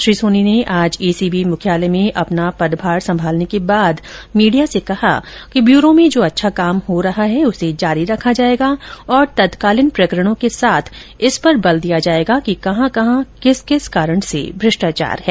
श्री सोनी ने आज एसीबी मुख्यालय में अपना पदभार संभालने के बाद मीडिया से कहा कि ब्यूरो में जो अच्छा काम हो रहा उसे जारी रखा जायेगा तथा तत्कालीन प्रकरणों के साथ इस पर बल दिया जायेगा कि कहां कहां किस किस कारण से भ्रष्टाचार हैं